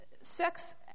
sex